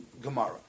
Gemara